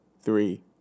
three